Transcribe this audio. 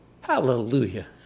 Hallelujah